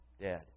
dead